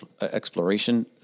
exploration